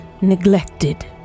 neglected